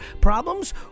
problems